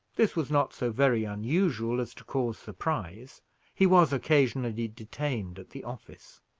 this was not so very unusual as to cause surprise he was occasionally detained at the office.